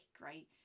right